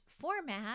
format